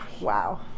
Wow